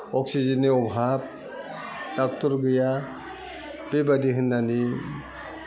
अक्सिजेननि अभाब डाक्टर गैया बेबादि होन्नानै